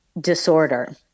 disorder